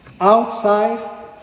outside